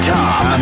Top